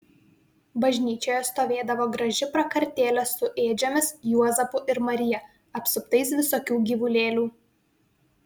bažnyčioje stovėdavo graži prakartėlė su ėdžiomis juozapu ir marija apsuptais visokių gyvulėlių